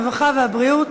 הרווחה והבריאות.